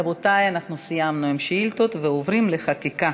רבותי, סיימנו עם השאילתות ועוברים לחקיקה.